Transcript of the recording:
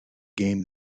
game